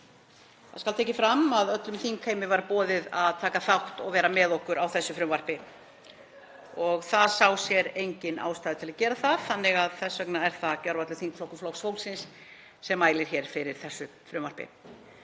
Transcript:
Það skal tekið fram að öllum þingheimi var boðið að taka þátt og vera með okkur á þessu frumvarpi. Enginn sá sér ástæðu til að gera það þannig að þess vegna er það gjörvallur þingflokkur Flokks fólksins sem mælir hér fyrir þessu frumvarpi: